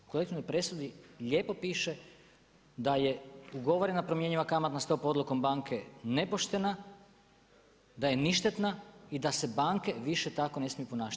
U kolektivnoj presudi lijepo piše da je ugovorena promjenjiva kamatna stopom odlukom banke nepoštena, da je ništetna i da se banke više tako ne smiju ponašati.